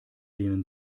denen